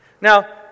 Now